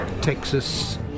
Texas